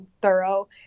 thorough